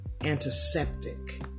antiseptic